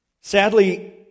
Sadly